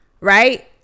right